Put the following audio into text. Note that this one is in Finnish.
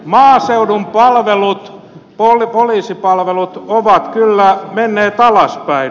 maaseudun palvelut poliisipalvelut ovat kyllä menneet alaspäin